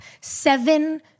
seven